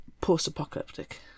post-apocalyptic